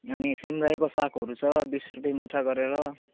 अनि सिमरायोको सागहरू छ बिस रुपियाँ मुठा गरेर